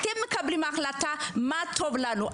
אתם מקבלים החלטה מה טוב לנו,